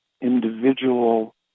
individual